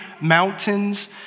mountains